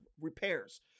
Repairs